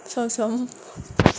सम सम